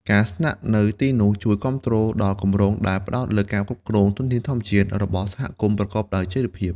ការស្នាក់នៅទីនោះជួយគាំទ្រដល់គម្រោងដែលផ្តោតលើការគ្រប់គ្រង ធនធានធម្មជាតិ របស់សហគមន៍ប្រកបដោយចីរភាព។